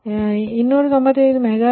ಆದ್ದರಿಂದ PL295 MW